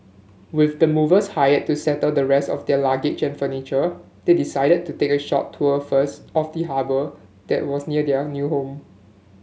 with the movers hired to settle the rest of their luggage and furniture they decided to take a short tour first of the harbour that was near their new home